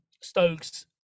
Stokes